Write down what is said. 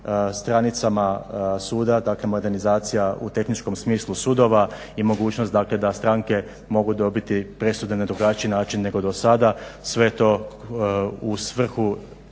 stranicama suda dakle modernizacija u tehničkom smislu sudova i mogućnost da stranke mogu dobiti presude na drugačiji način nego do sada sve to u svrhu